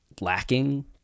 lacking